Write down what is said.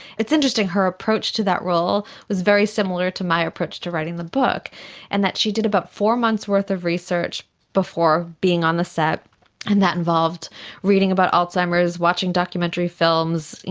it's interesting, her approach to that role was very similar to my approach to writing the book in and that she did about four months' worth of research before being on the set and that involved reading about alzheimer's, watching documentary films.